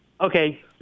Okay